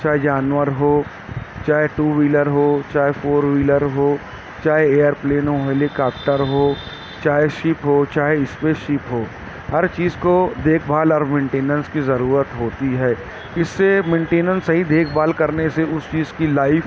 چاہے جانور ہو چاہے ٹو ویلر ہو چاہے فور ویلر ہو چاہے ایئر پلین ہو ہیلی کاپٹر ہو چاہے شپ ہو چاہے اسپیس شپ ہو ہر چیز کو دیکھ بھال اور مینٹننس کی ضرورت ہوتی ہے اس سے مینٹننس صحیح دیکھ بھال کرنے سے اس چیز کی لائف